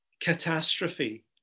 Catastrophe